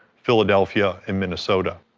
philadelphia and minnesota.